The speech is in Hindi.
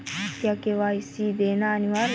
क्या के.वाई.सी देना अनिवार्य है?